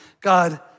God